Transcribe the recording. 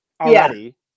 already